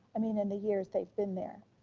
i mean, in the years they've been there.